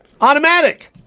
Automatic